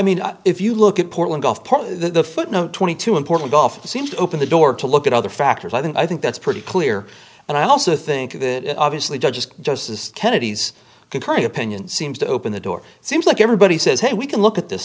mean if you look at portland off part of the footnote twenty two important gulf seemed to open the door to look at other factors i think i think that's pretty clear and i also think that obviously judges justice kennedy's concurring opinion seems to open the door it seems like everybody says hey we can look at this